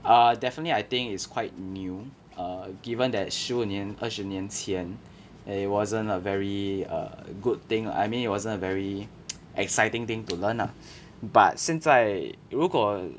err definitely I think is quite new err given that 十五年二十年前 it wasn't a very err good thing I mean it wasn't a very exciting thing to learn lah but 现在如果